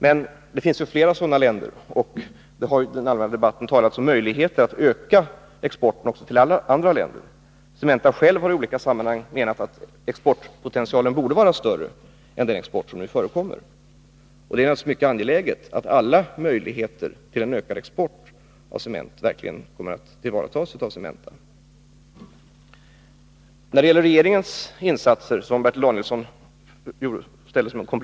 Men det finns naturligtvis flera sådana länder, och i den allmänna debatten har man talat om möjligheterna att öka exporten till att omfatta också andra länder. Cementa självt har i olika sammanhang anfört att exportpotentialen borde vara större än den är nu. Det är naturligtvis mycket angeläget att alla möjligheter till en ökning av exporten av cement verkligen tas till vara av Cementa. Ten kompletterande fråga tog Bertil Danielsson upp regeringens insatser.